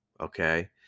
okay